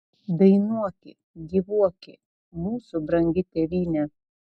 dainuoki gyvuoki mūsų brangi tėvyne